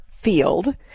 field